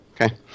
Okay